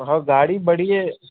ہاں گاڑی بڑی ہے